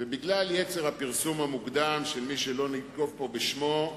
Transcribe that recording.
בגלל יצר הפרסום המוקדם של מי שלא ננקוב פה בשמו,